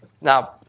Now